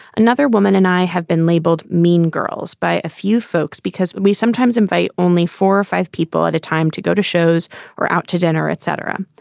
another woman and i have been labelled mean girls by a few folks because we sometimes invite only four or five people at a time to go to shows or out to dinner, etc.